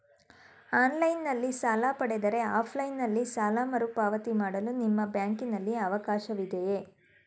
Online ನಲ್ಲಿ ಸಾಲ ಪಡೆದರೆ ಆಫ್ಲೈನ್ ನಲ್ಲಿ ಸಾಲ ಮರುಪಾವತಿ ಮಾಡಲು ನಿಮ್ಮ ಬ್ಯಾಂಕಿನಲ್ಲಿ ಅವಕಾಶವಿದೆಯಾ?